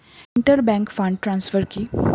Inter bank fund transfer কি?